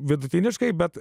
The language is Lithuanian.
vidutiniškai bet